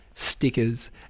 stickers